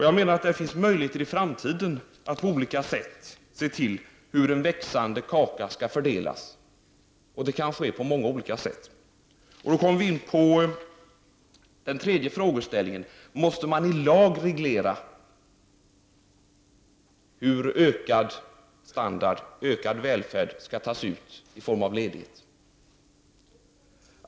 Jag menar att det i framtiden finns möjlighet att på olika sätt fördela den växande kakan. Då kommer jag in på den tredje frågan, nämligen om man i lag måste reglera hur ökad välfärd skall tas ut i form av ledighet.